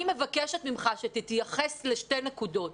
אני מבקשת ממך שתתייחס לשתי נקודות.